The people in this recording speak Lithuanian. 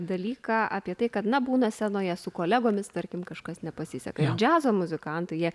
dalyką apie tai kad na būna scenoje su kolegomis tarkim kažkas nepasiseka džiazo muzikantai jie